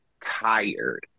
tired